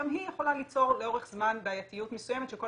גם היא יכולה ליצור לאורך זמן בעייתיות מסוימת שכל